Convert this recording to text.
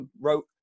wrote